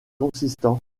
consistant